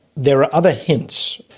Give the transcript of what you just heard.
there are other hints.